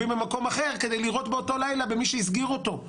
במקום אחר כדי לירות באותו לילה במי שהסגיר אותו,